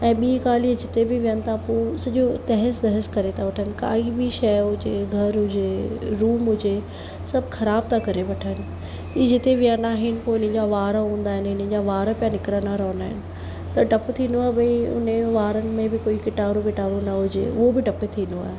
ऐं ॿीं ॻाल्हियूं जिते बि विहनि था पोइ सॼो तहेस नहेस करे था वठनि काई बि शइ हुजे घर हुजे रूम हुजे सभु ख़राबु था करे वठनि ई जिते विहनि आहिनि पोइ हिन जा वार हूंदा आहिनि हिन जा वार पिया निकिरंदा रहंदा आहिनि त ढपु थींदो आहे भई हुनजो वारनि में बि कोई किटाणु विटाणु न हुजे उहो बि ढपु थींदो आहे